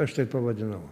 aš taip pavadinau